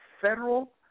federal